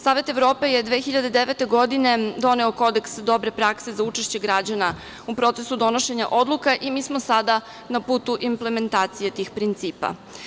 Savet Evrope je 2009. godine doneo kodeks dobre prakse za učešće građana u procesu donošenja odluka, i mi smo sada na putu implementacije tih principa.